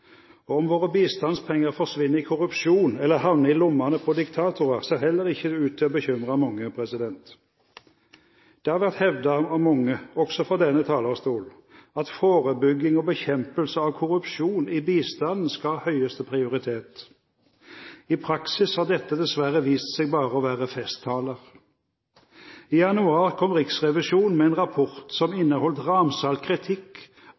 seg om. Om våre bistandspenger forsvinner i korrupsjon eller havner i lommene på diktatorer, ser heller ikke ut til å bekymre mange. Det har vært hevdet av mange, også fra denne talerstol, at forebygging og bekjempelse av korrupsjon i bistanden skal ha høyeste prioritet. I praksis har dette dessverre vist seg bare å være festtaler. I januar kom Riksrevisjonen med en rapport som inneholdt ramsalt kritikk